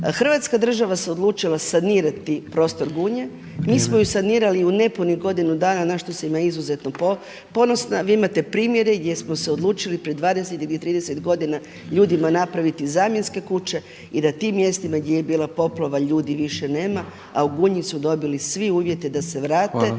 Hrvatska država se odlučila sanirati prostor Gunje. … /Upadica predsjednik: Vrijeme./ … Mi smo ju sanirali u nepunih godinu dana na što sam ja izuzetno ponosna. Vi imate primjere gdje smo se odlučili pred 20 ili 30 godina ljudima napraviti zamjenske kuće i da tim mjestima gdje je bila poplava ljudi više nema, a u Gunji su dobili svi uvjete da se vrate,